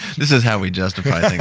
this is how we justify